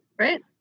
Right